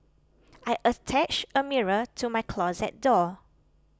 I attached a mirror to my closet door